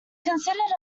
considered